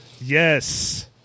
Yes